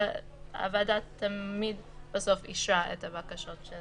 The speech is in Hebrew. והוועדה תמיד בסוף אישרה את הבקשות של